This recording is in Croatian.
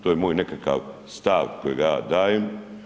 To je moj nekakav stav kojega ja dajem.